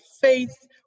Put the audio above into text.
faith